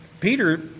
Peter